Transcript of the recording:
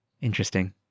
Interesting